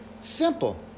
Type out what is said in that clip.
Simple